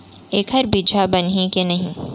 एखर बीजहा बनही के नहीं?